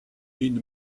ibn